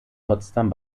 potsdam